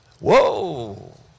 whoa